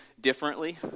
differently